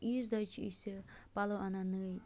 عیز دۄہ حظ چھِ أسۍ یہِ پَلو اَنان نٔے